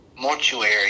Mortuary